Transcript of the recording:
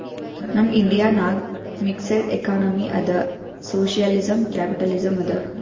ನಮ್ ಇಂಡಿಯಾ ನಾಗ್ mixed economy ಅದಾ ಸೋಶಿಯಲಿಸಂ, ಕ್ಯಾಪಿಟಲಿಸಂ ಅದಾ